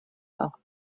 pas